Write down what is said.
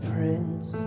Prince